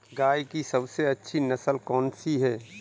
गाय की सबसे अच्छी नस्ल कौनसी है?